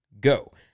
go